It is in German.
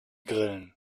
grillen